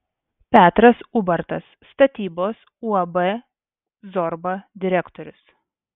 petras ubartas statybos uab zorba direktorius